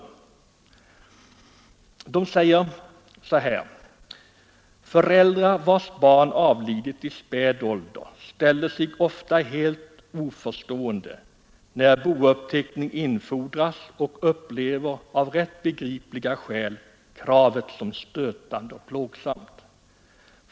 Vidare skriver man: ”Föräldrar, vars barn avlidit i späd ålder, ställer sig ofta helt oförstående, när bouppteckning infordras och upplever av rätt begripliga skäl kravet som stötande och plågsamt.